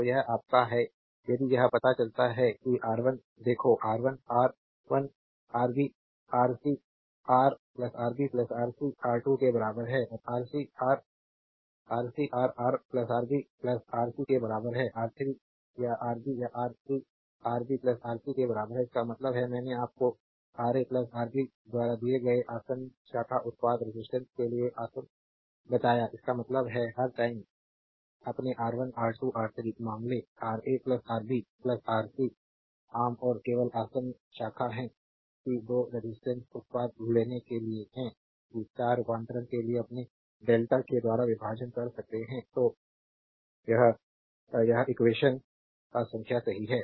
तो यह आपका है यदि यह पता चलता है कि R1 देखो R1 R 1 RB R C रा आरबी आरसी आर 2 के बराबर है आरसी रा रा आरबी आर सी के बराबर है R3 रा आरबी रा आरबी आरसी के बराबर है इसका मतलब है मैंने आपको आरए आरबी द्वारा दिए गए आसन्न शाखा उत्पाद रेजिस्टेंस के लिए आसन्न बताया इसका मतलब है हर टाइम अपने R1 R2 R3 मामले Ra Rb आर सी आम और केवल आसन्न शाखा है कि दो रेजिस्टेंस उत्पाद लेने के लिए है कि स्टार रूपांतरण के लिए अपने डेल्टा है द्वारा विभाजन कर रहे हैं तो कि ४५ ४६ और ४७ यह इक्वेशन संख्या सही है